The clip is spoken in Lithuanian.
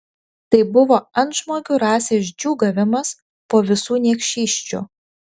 tai buvo antžmogių rasės džiūgavimas po visų niekšysčių